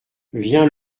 vient